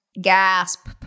Gasp